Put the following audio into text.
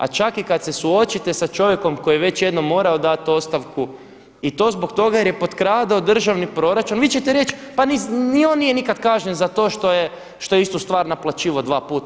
A i čak kad se suočite sa čovjekom koji je već jednom morao dati ostavku i to zbog toga jer je potkradao državni proračun vi ćete reći pa ni on nikad nije kažnjen za to što je istu stvar naplaćivao dva puta.